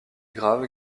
grave